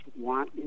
want